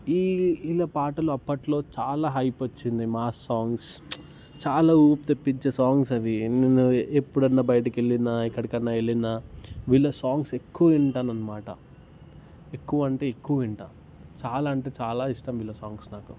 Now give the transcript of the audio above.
ఈ వీళ్ళ పాటలు అప్పటిలో చాలా హైప్ వచ్చింది మాస్ సాంగ్స్ చాలా ఊపు తెప్పించే సాంగ్స్ అవి ఎన్నెన్నో ఎప్పుడన్నా బయటకు వెళ్ళిన ఎక్కడకన్నా వెళ్ళిన వీళ్ళ సాంగ్స్ ఎక్కువ వింటాను అన్నమాట ఎక్కువ అంటే ఎక్కువ వింటాను చాలా అంటే చాలా ఇష్టం వీళ్ళ సాంగ్స్ నాకు